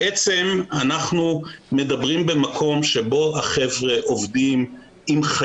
בעצם אנחנו מדברים על מקום שבו החבר'ה לא יושבים